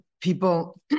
people